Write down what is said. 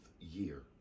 year